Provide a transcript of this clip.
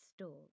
store